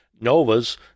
NOVA's